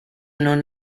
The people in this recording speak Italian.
non